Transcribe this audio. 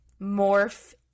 morph